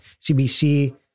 CBC